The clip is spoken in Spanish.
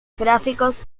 gráficos